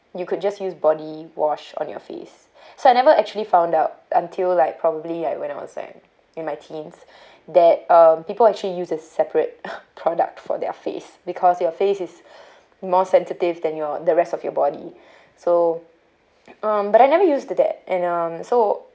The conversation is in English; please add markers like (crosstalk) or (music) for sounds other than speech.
you could just use body wash on your face so I never actually found out until like probably like when I was like at in my teens that um people actually use a separate (laughs) product for their face because your face is (breath) more sensitive than your the rest of your body (breath) so um but I never used the and um so